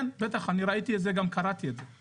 כן, בטח, אני ראיתי את זה, וגם קראתי את זה.